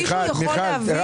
מישהו יכול להבין?